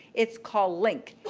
it's called linc.